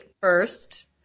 first